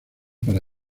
para